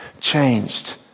changed